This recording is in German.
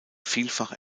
vielfach